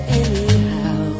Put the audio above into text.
anyhow